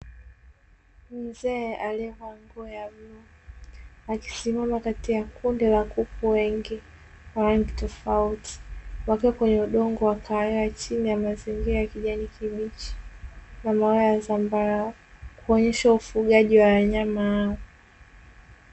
Mzee aliyevaa nguo ya bluu, akisimama kati ya kundi la kuku wengi wa rangi tofauti, wakiwa kwenye udongo wa kahawia chini ya mazingira ya kijani kibichi na maua ya zambarau, kuonyesha ufugaji wa wanyama hao.